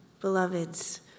Beloveds